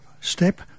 step